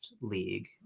league